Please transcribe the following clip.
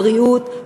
הבריאות,